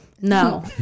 No